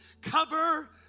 cover